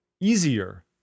easier